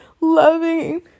loving